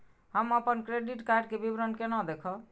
हम अपन credit card के विवरण केना देखब?